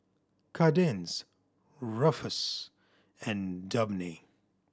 Kadence Ruffus and Dabney